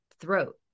throat